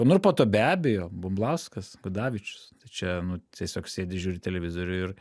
nu ir po to be abejo bumblauskas gudavičius tai čia nu tiesiog sėdi žiūri televizorių ir